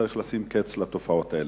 וצריך לשים קץ לתופעות האלה.